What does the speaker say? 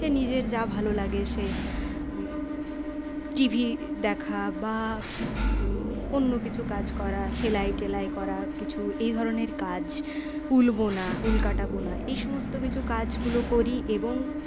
সে নিজের যা ভালো লাগে সে টিভি দেখা বা অন্য কিছু কাজ করা সেলাই টেলাই করা কিছু এই ধরনের কাজ উল বোনা উল কাঁটা বোনা এই সমস্ত কিছু কাজগুলো করি এবং